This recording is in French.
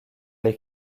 les